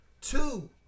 two